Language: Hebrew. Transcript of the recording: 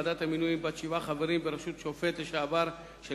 ועדת מינויים בת שבעה חברים בראשות שופט לשעבר של